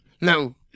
No